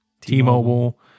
T-Mobile